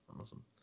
awesome